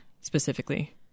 specifically